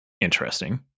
interesting